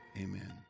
amen